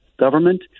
government